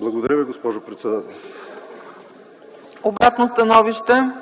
Благодаря Ви, госпожо председател. ПРЕДСЕДАТЕЛ